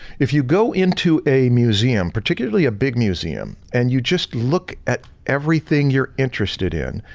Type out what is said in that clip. if you go into a museum, particularly a big museum and you just look at everything you're interested in,